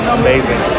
amazing